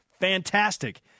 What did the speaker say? Fantastic